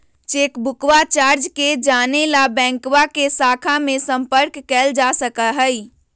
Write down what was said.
चेकबुकवा चार्ज के जाने ला बैंकवा के शाखा में संपर्क कइल जा सका हई